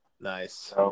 Nice